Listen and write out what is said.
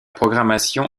programmation